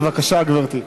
בבקשה, גברתי.